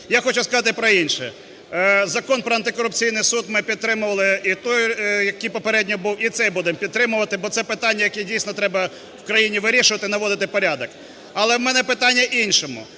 Я хочу сказати про інше. Закон про антикорупційний суд ми підтримували і той, який попередньо був, і цей будемо підтримувати, бо це питання, яке, дійсно, треба в країні вирішувати, наводити порядок. Але в мене питання в іншому.